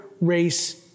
race